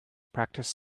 practice